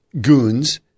goons